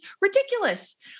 ridiculous